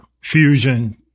fusion